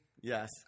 yes